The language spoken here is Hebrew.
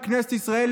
מכנסת ישראל,